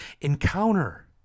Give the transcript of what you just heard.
encounter